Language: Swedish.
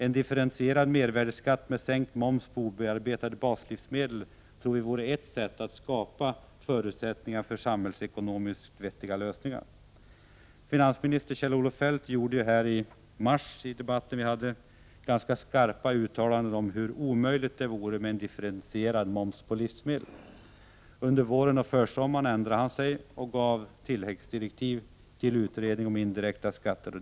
En differentierad mervärdeskatt med sänkt moms på obearbetade baslivsmedel vore ett sätt att skapa förutsättningar för samhällsekonomiskt vettiga lösningar. Finansministern Kjell-Olof Feldt gjorde ju i en debatt här i riksdagen i mars ganska skarpa uttalanden om hur omöjligt det vore med en differentierad moms på livsmedel. Under våren och försommaren ändrade han sig och gav tilläggsdirektiv till utredningen om indirekta skatter.